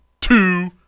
two